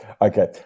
Okay